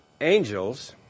angels